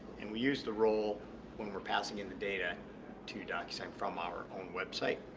and we use the role when we're passing in the data to docusign from our own website.